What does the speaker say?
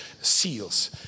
seals